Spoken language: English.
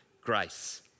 grace